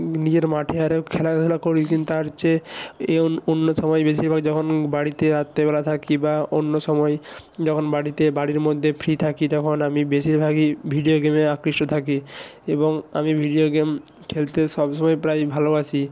নিজের মাঠে আরো খেলাধুলা করি কিন্তু তার চেয়ে এ অন্য সবাই বেশিরভাগ যখন বাড়িতে রাত্তেবেলা থাকি বা অন্য সময় যখন বাড়িতে বাড়ির মধ্যে ফ্রি থাকি তখন আমি বেশিরভাগই ভিডিও গেমে আকৃষ্ট থাকি এবং আমি ভিডিও গেম খেলতে সব সময় প্রায় ভালোবাসি